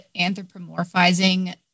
anthropomorphizing